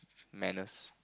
manners